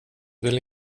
väl